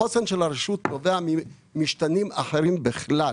החוסן של הרשות נובע ממשתנים אחרים בכלל.